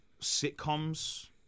sitcoms